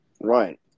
Right